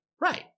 Right